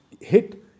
hit